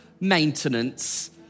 maintenance